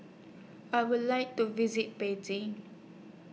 I Would like to visit Beijing